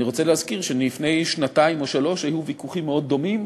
אני רוצה להזכיר שלפני שנתיים או שלוש שנים היו ויכוחים מאוד דומים,